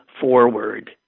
forward